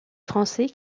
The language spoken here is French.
français